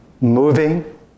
moving